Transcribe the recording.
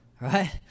Right